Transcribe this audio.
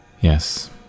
Yes